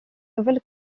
nouvelle